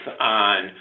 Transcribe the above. on